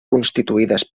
constituïdes